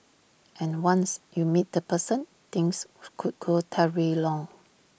and once you meet that person things could go Terry long